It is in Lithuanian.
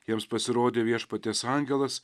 jiems pasirodė viešpaties angelas